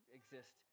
exist